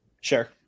Sure